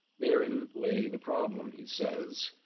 therein lay the problem he says,